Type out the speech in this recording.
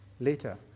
later